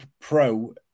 pro